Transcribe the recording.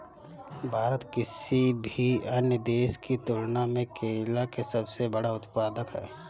भारत किसी भी अन्य देश की तुलना में केला के सबसे बड़ा उत्पादक ह